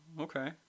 okay